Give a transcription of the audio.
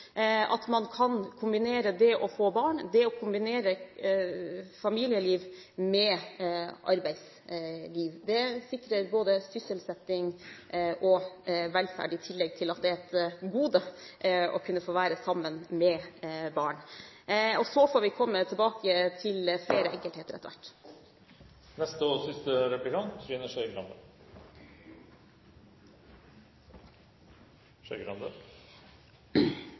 at man kan kombinere det å få barn og ha et familieliv med arbeidsliv. Det sikrer både sysselsetting og velferd, i tillegg til at det er et gode å kunne få være sammen med barn. Så får vi komme tilbake til flere enkeltheter etter hvert.